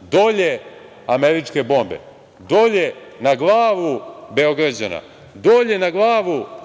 „Dolje američke bombe“, dolje na glavu Beograđana, dolje na glavu